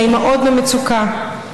לאימהות במצוקה,